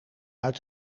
uit